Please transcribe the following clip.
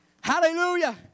Hallelujah